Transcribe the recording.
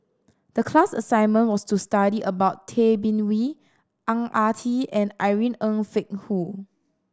the class assignment was to study about Tay Bin Wee Ang Ah Tee and Irene Ng Phek Hoong